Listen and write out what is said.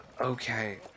Okay